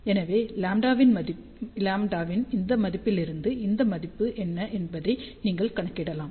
எனவே λ இன் அந்த மதிப்பிலிருந்து இந்த மதிப்பு என்ன என்பதை நீங்கள் கணக்கிடலாம்